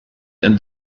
and